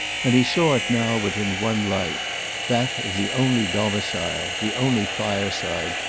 and he saw it now but in one light that of the only domicile, the only fireside,